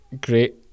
Great